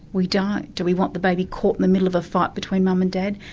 we don't. do we want the baby caught in the middle of a fight between mum and dad?